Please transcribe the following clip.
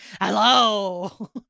Hello